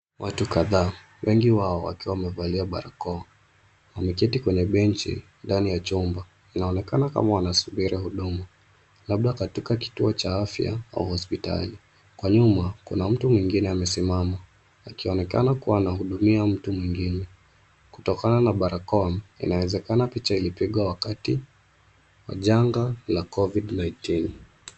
Watu kadhaa, wengi wao wakiwa wamevalia barakoa. Wameketi kwenye benchi, ndani ya chumba. Inaonekana kama wanasubiri huduma. Labda katika kituo cha afya, au hospitali. Kwa nyuma, kuna mtu mwingine amesimama, akionekana kuwa anahudumia mtu mwingine. Kutokana na barakoa, inawezekana picha ilipigwa wakati wa janga la Covid 19.